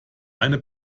eine